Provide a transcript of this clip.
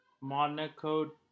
Monaco